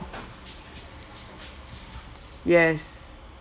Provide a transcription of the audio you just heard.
yes